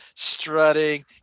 strutting